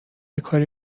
کاری